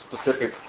specific